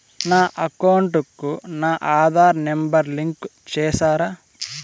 నా అకౌంట్ కు నా ఆధార్ నెంబర్ లింకు చేసారా